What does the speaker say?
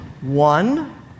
one